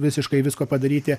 visiškai visko padaryti